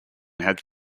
had